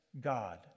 God